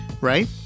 right